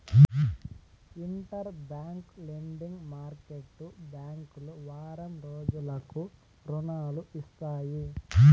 inter bank lending market బ్యాంకులు వారం రోజులకు రుణాలు ఇస్తాయి